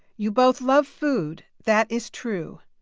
you both love food. that is true.